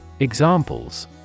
Examples